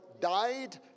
died